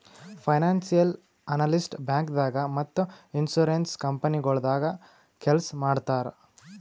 financial analyst ಬ್ಯಾಂಕ್ದಾಗ್ ಮತ್ತ್ insurance ಕಂಪನಿಗೊಳ್ದಾಗ ಕೆಲ್ಸ್ ಮಾಡ್ತರ್